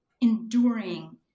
enduring